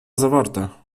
zawarta